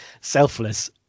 selfless